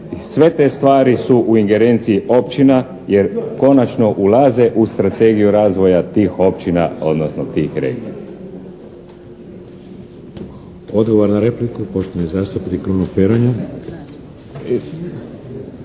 sve te stvari su u ingerenciji općina jer konačno ulaze u strategiju razvoja tih općina, odnosno tih regija.